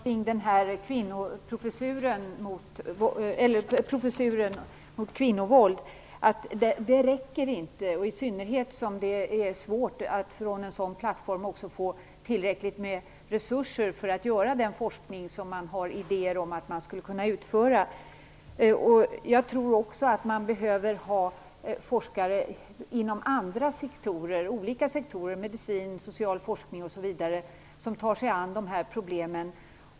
Herr talman! Jag har en kommentar kring professuren mot kvinnovåld. Det räcker inte - i synnerhet inte som det är svårt att från en sådan plattform få tillräckligt med resurser för den forskning som man har idéer om att utföra. Jag tror också att forskare inom andra sektorer - medicin, social forskning osv. - måste ta sig an dessa problem.